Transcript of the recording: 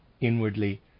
inwardly